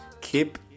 Keep